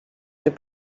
nie